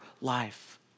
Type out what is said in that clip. life